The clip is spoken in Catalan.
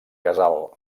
casal